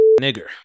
nigger